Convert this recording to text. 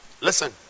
Listen